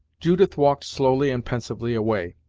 judith walked slowly and pensively away,